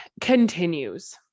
continues